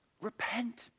repent